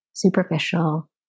Superficial